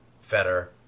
fetter